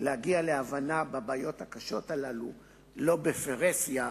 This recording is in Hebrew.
להגיע להבנה בבעיות הקשות הללו לא בפרהסיה,